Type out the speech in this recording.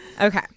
Okay